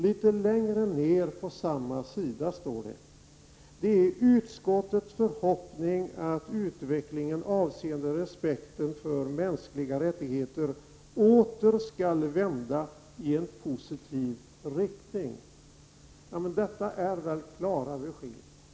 Litet längre ned på samma sida kan man läsa: ”Det är utskottets förhoppning att utvecklingen avseende respekten för mänskliga rättigheter åter skall vända i en positiv riktning.” Detta är väl klara besked.